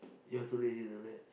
you're too lazy to do that